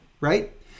right